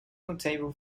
notable